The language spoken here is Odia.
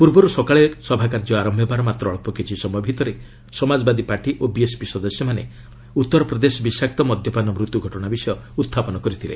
ପ୍ରର୍ବରୁ ସକାଳେ ସଭାକାର୍ଯ୍ୟ ଆରମ୍ଭ ହେବାର ମାତ୍ର ଅଳ୍ପ କିଛି ସମୟ ଭିତରେ ସମାଜବାଦୀ ପାର୍ଟି ଓ ବିଏସ୍ପି ସଦସ୍ୟମାନେ ଉତ୍ତର ପ୍ରଦେଶ ବିଷାକ୍ତ ମଦ୍ୟପାନ ମୃତ୍ୟୁ ଘଟଣା ବିଷୟ ଉତ୍ଥାପନ କରିଥିଲେ